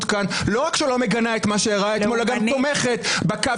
כאן לא רק מגנה את מה שאירע אתמול אלא גם תומכת בקו